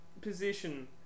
position